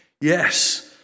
Yes